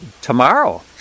Tomorrow